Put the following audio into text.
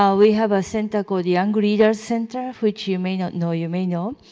um we have a center called young leaders center, which you may not know you may know.